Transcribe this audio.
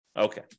okay